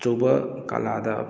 ꯑꯆꯧꯕ ꯀꯂꯥꯗ